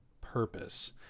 purpose